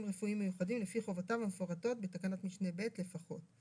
רפואיים מיוחדים לפי חובתם המפורטות בתקנת משנה (ב) לפחות.